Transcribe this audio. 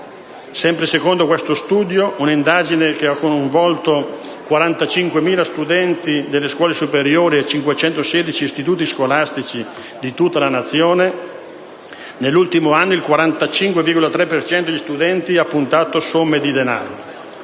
Sempre secondo questo studio, un'indagine che ha coinvolto 45.000 studenti delle scuole superiori e 516 istituti scolastici di tutta la Nazione, nell'ultimo anno il 45,3 per cento degli studenti ha puntato somme di denaro.